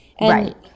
Right